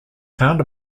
found